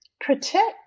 protect